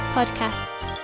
Podcasts